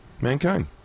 Mankind